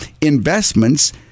investments